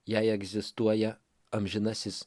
jei egzistuoja amžinasis